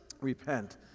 repent